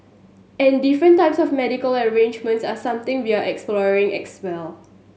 and different types of medical arrangements are something we're exploring as well